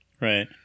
Right